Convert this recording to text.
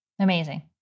Amazing